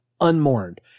unmourned